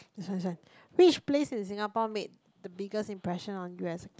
this one this one which place in Singapore made the biggest impression on you as a kid